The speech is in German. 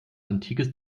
antikes